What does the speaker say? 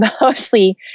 mostly